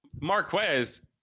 Marquez